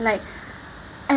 like and